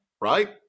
right